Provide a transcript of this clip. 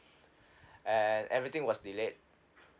and everything was delayed